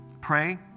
pray